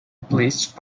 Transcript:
placed